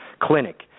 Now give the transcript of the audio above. clinic